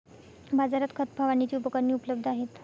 बाजारात खत फवारणीची उपकरणे उपलब्ध आहेत